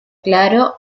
claro